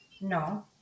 No